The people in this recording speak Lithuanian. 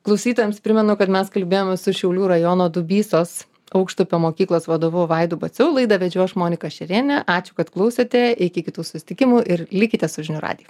klausytojams primenu kad mes kalbėjomės su šiaulių rajono dubysos aukštupio mokyklos vadovu vaidu baciu laidą vedžiau aš monika šerėnienė ačiū kad klausėte iki kitų susitikimų ir likite su žinių radiju